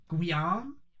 Guillaume